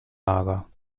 mager